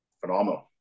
Phenomenal